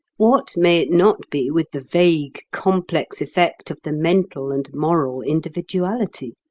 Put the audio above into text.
what may it not be with the vague complex effect of the mental and moral individuality?